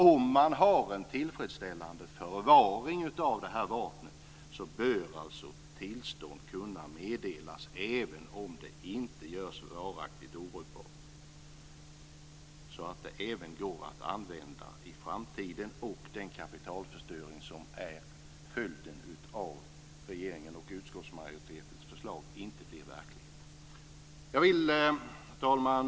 Om man har en tillfredsställande förvaring av vapnet bör tillstånd kunna meddelas även om det inte görs varaktigt obrukbart. Det går då att använda även i framtiden, och den kapitalförstöring som annars skulle bli följden av regeringens och utskottsmajoritetens förslag blir då inte verklighet. Herr talman!